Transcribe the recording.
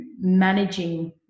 managing